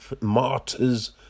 Martyrs